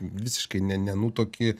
visiškai ne nenutuoki